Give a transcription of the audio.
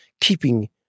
keeping